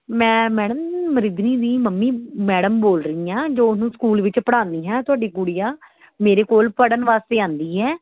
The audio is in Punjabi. ਮੈਂ ਮੈਡਮ ਮਰੀਗਨੀ ਦੀ ਮੰਮੀ ਮੈਡਮ ਬੋਲ ਰਹੀ ਹਾਂ ਜੋ ਉਹਨੂੰ ਸਕੂਲ ਵਿੱਚ ਪੜ੍ਹਾਉਂਦੀ ਹਾਂ ਤੁਹਾਡੀ ਗੁੜੀਆ ਮੇਰੇ ਕੋਲ ਪੜ੍ਹਨ ਵਾਸਤੇ ਆਉਂਦੀ ਹੈ